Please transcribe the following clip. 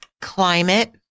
Climate